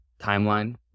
timeline